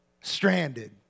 stranded